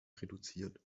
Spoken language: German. reduziert